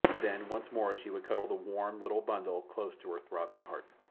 then once more she would cuddle the warm, little bundle close to her throbbing heart.